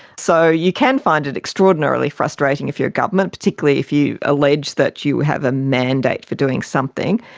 so you can find it extraordinarily frustrating if you're a government, particularly if you allege that you have a mandate for doing something.